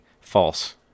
false